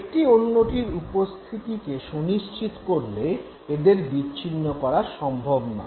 একটি অন্যটির উপস্থিতিকে সুনিশ্চিত করলে এদের বিচ্ছিন্ন করা সম্ভব নয়